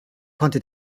konnte